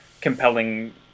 compelling